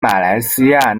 马来西亚